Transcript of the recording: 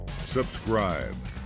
subscribe